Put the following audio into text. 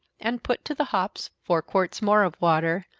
and put to the hops four quarts more of water,